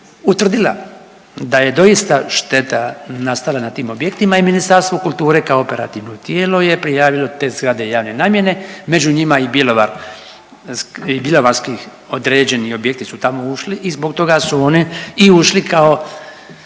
utvrdila da je doista šteta nastala na tim objektima i Ministarstvo kulture kao operativno tijelo je prijavilo te zgrade javne namjene, među njima i Bjelovar, bjelovarski određeni objekti su tamo ušli i zbog tog su one i ušli kao